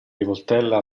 rivoltella